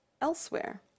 elsewhere